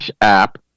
app